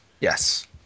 Yes